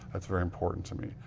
that's very important to me.